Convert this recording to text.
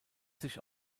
sich